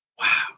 Wow